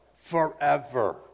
forever